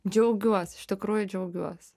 džiaugiuos iš tikrųjų džiaugiuos